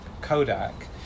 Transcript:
Kodak